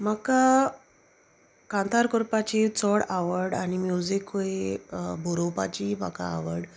म्हाका कांतार कोरपाची चड आवड आनी म्युजीकूय बरोवपाची म्हाका आवड